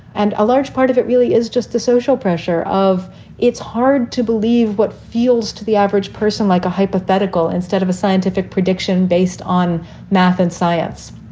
and a large part of it really is just the social pressure of it's hard to believe what feels to the average person, like a hypothetical instead of a scientific prediction based on math and science.